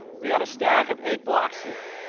we've got a stack of eight blocks here.